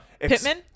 Pittman